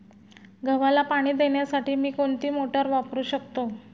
गव्हाला पाणी देण्यासाठी मी कोणती मोटार वापरू शकतो?